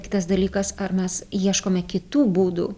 kitas dalykas ar mes ieškome kitų būdų